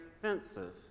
offensive